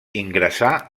ingressà